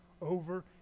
over